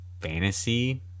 fantasy